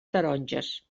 taronges